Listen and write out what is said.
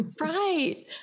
Right